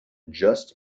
just